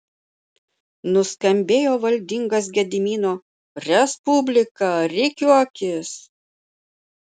nuskambėjo valdingas gedimino respublika rikiuokis